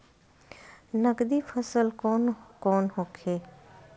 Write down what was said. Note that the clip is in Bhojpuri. नकदी फसल कौन कौनहोखे?